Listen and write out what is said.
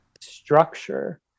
structure